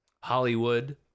Hollywood